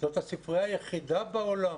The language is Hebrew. זו הספרייה היחידה בעולם,